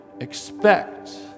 Expect